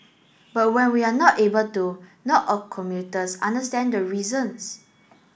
but when we are not able to not all commuters understand the reasons